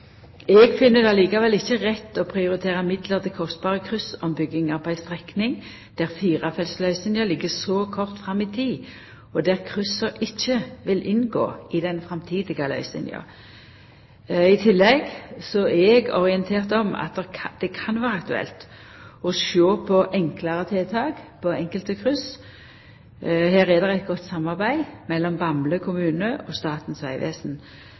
det likevel ikkje rett å prioritera midlar til kostbare kryssombyggingar på ei strekning der firefeltsløysinga ligg så kort fram i tid, og der kryssa ikkje vil inngå i den framtidige løysinga. I tillegg er eg orientert om at det kan vera aktuelt å sjå på enklare tiltak på enkelte kryss. Her er det eit godt samarbeid mellom Bamble kommune og Statens vegvesen.